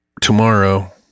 tomorrow